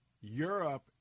Europe